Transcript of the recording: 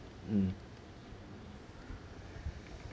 mm